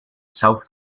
south